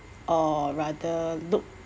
or rather look